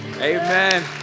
amen